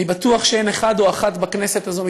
אני בטוח שאין אחד או אחת בכנסת הזו,